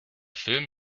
film